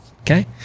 Okay